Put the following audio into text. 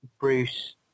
Bruce